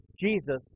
Jesus